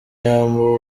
yambuwe